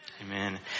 Amen